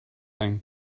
ein